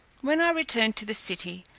when i returned to the city,